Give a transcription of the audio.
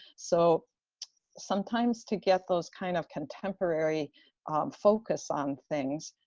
so sometimes to get those kind of contemporary focus on things,